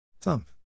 thump